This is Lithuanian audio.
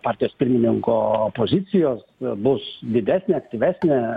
partijos pirmininko pozicijos bus didesnė aktyvesnė